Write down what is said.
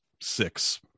six